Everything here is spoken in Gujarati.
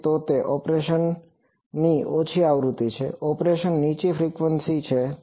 તો તે ઓપરેશનની ઓછી આવૃત્તિ છે ઓપરેશનની નીચી ફ્રિકવન્સી frequencyઆવૃત્તિ છે